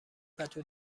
پتو